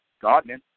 Gardening